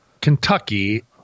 Kentucky